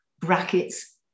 brackets